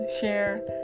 share